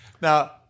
Now